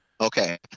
Okay